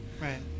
Right